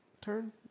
turn